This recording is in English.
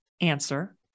answer